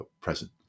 present